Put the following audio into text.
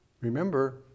remember